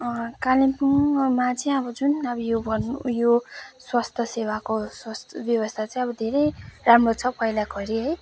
कालेम्पुङमा चाहिँ अब जुन अब यो उयो स्वास्थ्य सेवाको व्यवस्था चाहिँ अब धेरै राम्रो छ पहिलाको हेरि है